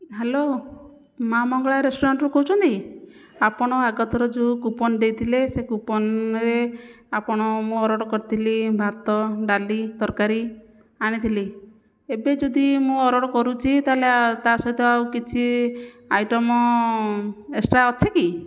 hello ମାଆ ମଙ୍ଗଳା ରେଷ୍ଟୁରାଣ୍ଟରୁ କହୁଛନ୍ତି ଆପଣ ଆଗଥର ଯେଉଁ କୁପନ୍ ଦେଇଥିଲେ ସେ କୁପନ୍ରେ ଆପଣ ମୁଁ ଅର୍ଡ଼ର କରିଥିଲି ଭାତ ଡାଲି ତରକାରୀ ଆଣିଥିଲି ଏବେ ଯଦି ମୁଁ ଅର୍ଡ଼ର କରୁଛି ତାହେଲେ ତା ସହିତ ଆଉ କିଛି ଆଇଟମ୍ ଏକ୍ସଟ୍ରା ଅଛି କି